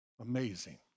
amazing